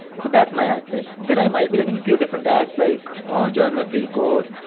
so that's my ad set. then i might be running few different ads, like join my free course.